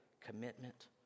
commitment